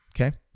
Okay